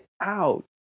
out